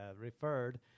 referred